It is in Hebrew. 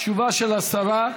תשובה של השרה.